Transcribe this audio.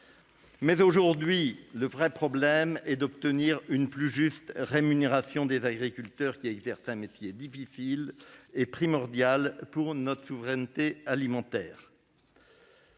est aujourd'hui d'obtenir une plus juste rémunération des agriculteurs, qui exercent un métier difficile et primordial pour notre souveraineté alimentaire.